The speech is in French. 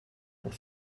pour